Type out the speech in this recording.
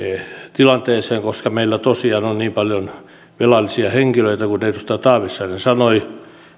tilanteeseen koska meillä tosiaan on niin paljon velallisia henkilöitä kuin edustaja taavitsainen sanoi